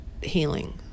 healing